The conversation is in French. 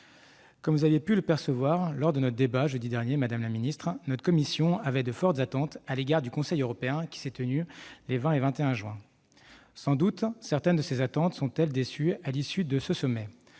Comme vous aviez pu le constater lors de notre débat de jeudi dernier, madame la secrétaire d'État, notre commission avait de fortes attentes à l'égard de la réunion du Conseil européen qui s'est tenue les 20 et 21 juin. Sans doute certaines de ces attentes sont-elles déçues à l'issue de ce sommet ;